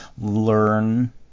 learn